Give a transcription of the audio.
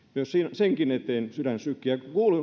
senkin eteen sydän sykkii